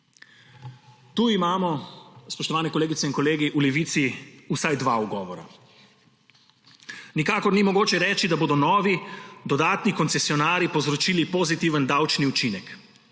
Tu imamo, spoštovane kolegice in kolegi, v Levici vsaj dva ugovora. Nikakor ni mogoče reči, da bodo novi, dodatni koncesionarji povzročili pozitiven davčni učinek.